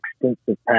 extensive